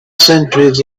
centuries